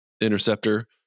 interceptor